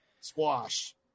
Squash